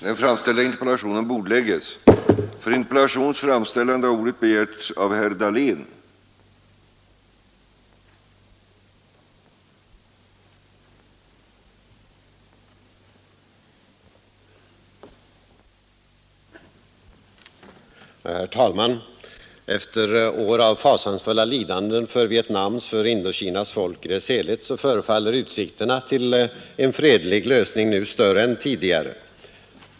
Herr talman! Efter år av fasansfulla lidanden för Indokinas folk förefaller utsikterna till en fredlig lösning nu större än tidigare.